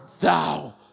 Thou